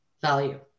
value